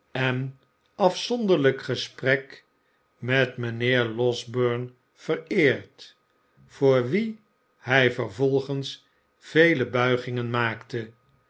en afzonderlijk gesprek met mijnheer losberne vereerd voor wien hij vervolgens vele buigingen maakte